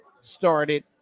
started